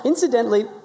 Incidentally